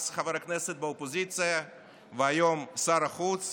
אז חבר הכנסת באופוזיציה והיום שר החוץ,